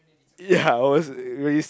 ya I was very